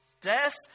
death